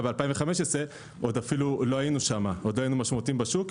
ב-2015 עוד לא היינו משמעותיים בשוק,